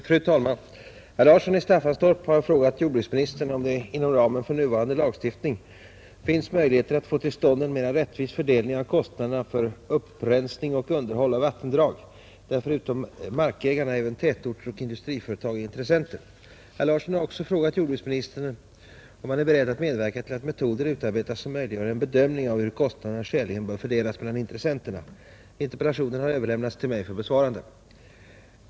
Fru talman! Herr Larsson i Staffanstorp har frågat jordbruksministern om det inom ramen för nuvarande lagstiftning finns möjligheter att få till stånd en mera rättvis fördelning av kostnaderna för upprensning och underhåll av vattendrag där förutom markägarna även tätorter och industriföretag är intressenter. Herr Larsson har också frågat om jordbruksministern är beredd medverka till att metoder utarbetas som möjliggör en bedömning av hur kostnaderna skäligen bör fördelas mellan intressenterna. Interpellationen har överlämnats till mig för besvarande.